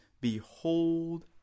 Behold